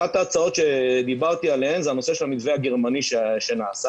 אחת ההצעות שדיברתי עליהן זה הנושא של המתווה הגרמני שנעשה,